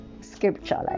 scripture